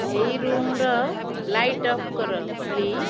ଏଇ ରୁମ୍ର light off କର ପ୍ଳିଜ୍